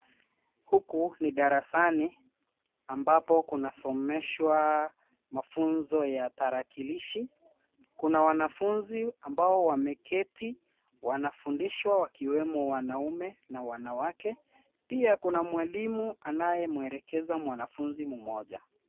Huku ni darasani ambako kunasomeshwa mafunzo ya tarakilishi kuna wanafunzi ambao wameketi wanafundishwa wakiwemo wanaume na wanawake pia kuna mwalimu anaye mwelekeza mwanafunzi mmoja